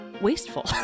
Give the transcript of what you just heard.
wasteful